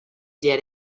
did